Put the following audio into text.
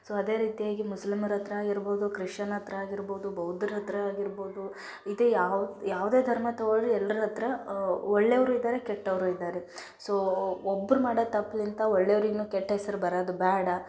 so ಅದೇ ರೀತಿಯಾಗಿ ಮುಸ್ಲಿಮರ ಹತ್ರ ಆಗಿರ್ಬೋದು ಕ್ರಿಶ್ಶನ್ ಹತ್ರ ಆಗಿರ್ಬೋದು ಬೌದ್ಧರ ಹತ್ತಿರ ಆಗಿರ್ಬೋದು ಇದೆ ಯಾವ ಯಾವುದೇ ಧರ್ಮ ತೊಗೊಳ್ಳಿರಿ ಎಲ್ರ ಹತ್ರ ಒಳ್ಳೆಯವ್ರೂ ಇದ್ದಾರೆ ಕೆಟ್ಟವರೂ ಇದ್ದಾರೆ ಸೋ ಒಬ್ಬರು ಮಾಡೋ ತಪ್ಪಿಂತ ಒಳ್ಳೆವ್ರಿಗೂ ಕೆಟ್ಟ ಹೆಸರು ಬರೋದು ಬೇಡ